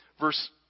verse